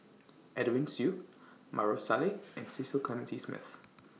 Edwin Siew Maarof Salleh and Cecil Clementi Smith